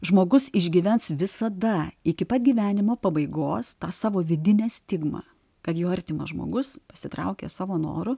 žmogus išgyvens visada iki pat gyvenimo pabaigos tą savo vidinę stigmą kad jo artimas žmogus pasitraukia savo noru